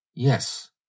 Yes